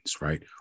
right